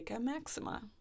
maxima